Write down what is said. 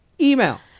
email